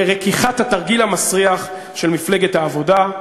לרקיחת התרגיל המסריח של מפלגת העבודה.